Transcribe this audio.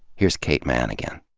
here's kate manne again.